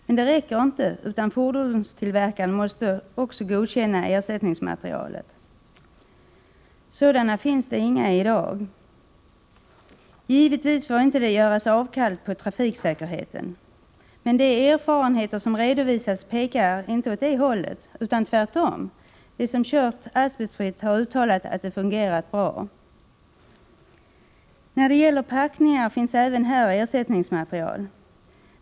Men det räcker inte, utan också fordonstillverkaren måste godkänna ersättningsmaterialet. Några sådana godkännanden har ännu inte förekommit. Givetvis får man inte göra avkall på trafiksäkerheten. Men de erfarenheter som redovisats pekar inte på att trafiksäkerheten skulle minska. Tvärtom har de som kört asbestfritt uttalat att det har fungerat bra. Även för packningar finns ersättningsmaterial.